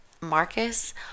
Marcus